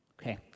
Okay